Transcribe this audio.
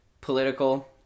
political